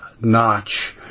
notch